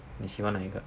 你喜欢哪一个